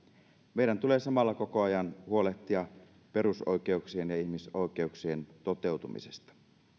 meidän tulee samalla koko ajan huolehtia perusoikeuksien ja ihmisoikeuksien toteutumisesta